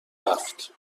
هفت